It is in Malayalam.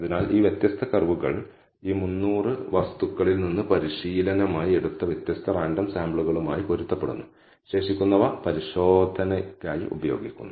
അതിനാൽ ഈ വ്യത്യസ്ത കർവുകൾ ഈ 300 വസ്തുക്കളിൽ നിന്ന് പരിശീലനമായി എടുത്ത വ്യത്യസ്ത റാൻഡം സാമ്പിളുകളുമായി പൊരുത്തപ്പെടുന്നു ശേഷിക്കുന്നവ പരിശോധനയായി ഉപയോഗിക്കുന്നു